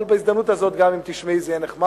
אבל גם בהזדמנות הזאת, אם תשמעי, זה יהיה נחמד.